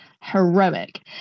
heroic